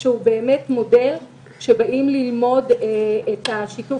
זה מודל שבאים ללמוד מכל העולם את שיתוף